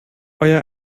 euer